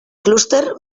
clúster